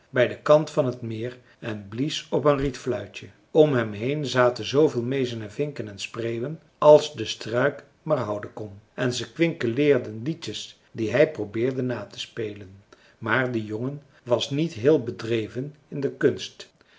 bij den kant van het meer en blies op een rietfluitje om hem heen zaten zooveel meezen en vinken en spreeuwen als de struik maar houden kon en ze kwinkeleerden liedjes die hij probeerde na te spelen maar de jongen was niet heel bedreven in de kunst